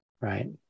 right